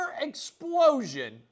explosion